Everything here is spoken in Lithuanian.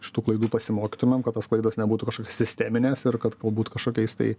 iš tų klaidų pasimokytumėm kad tos klaidos nebūtų kažkokios sisteminės ir kad galbūt kažkokiais tai